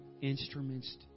instruments